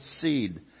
seed